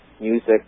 music